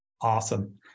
Awesome